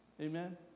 Amen